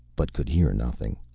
but could hear nothing.